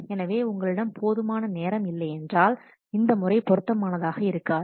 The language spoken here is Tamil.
எனவே உங்களிடம் போதுமான நேரம் இல்லையென்றால் இந்த முறை பொருத்தமானதாக இருக்காது